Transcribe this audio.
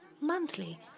monthly